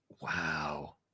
Wow